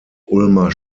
ulmer